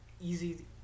easy